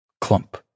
Clump